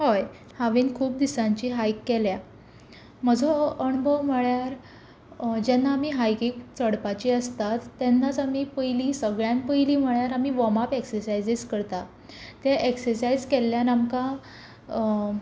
हय हांवें खूब दिसांची हायक केल्या म्हजो अणभव म्हळ्यार जेन्ना आमी हायकीक चडपाचीं आसतात तेन्नाच आमी पयलीं सगळ्यांत पयलीं म्हळ्यार आमी वॉर्म अप एक्सरसायजीस करतात ते एक्सरसायज केल्ल्यान आमकां